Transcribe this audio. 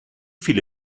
viele